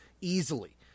easily